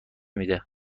میده